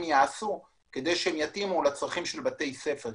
יעשו כדי שהם יתאימו לצרכים של בתי ספר,